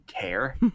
care